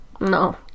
No